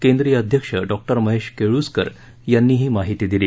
केन्द्रीय अध्यक्ष डॉ महेश केळुसकर यांनी ही महिती दिली